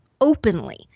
Openly